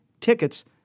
Tickets